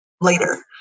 later